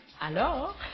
alors